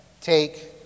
take